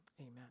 Amen